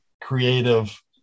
creative